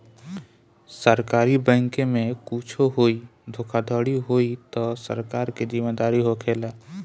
सरकारी बैंके में कुच्छो होई धोखाधड़ी होई तअ सरकार के जिम्मेदारी होखेला